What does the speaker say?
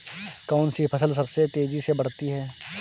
कौनसी फसल सबसे तेज़ी से बढ़ती है?